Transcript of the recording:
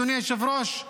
אדוני היושב-ראש,